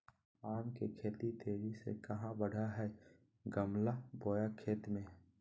आम के पौधा तेजी से कहा बढ़य हैय गमला बोया खेत मे?